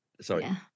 Sorry